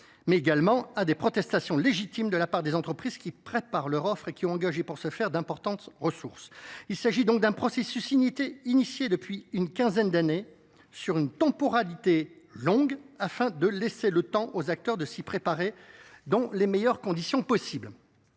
mais aussi à des protestations légitimes de la part des entreprises qui préparent leurs offres et qui ont engagé pour ce faire d’importantes ressources. Il s’agit donc d’un processus engagé depuis une quinzaine d’années, sur une temporalité longue, afin de laisser le temps aux acteurs de s’y préparer dans les meilleures conditions possible.